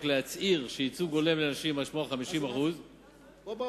להצהיר שייצוג הולם לנשים משמעו 50% הסדרן,